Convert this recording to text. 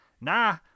nah